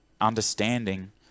understanding